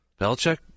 Belichick